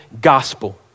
gospel